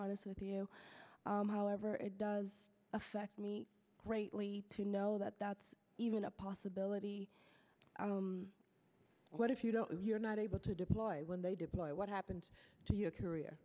honest with you however it does affect me greatly to know that that's even a possibility what if you don't if you're not able to deploy when they deploy what happened to your career